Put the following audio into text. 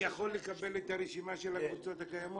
יכול לקבל את הרשימה של הקבוצות הקיימות?